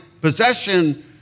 possession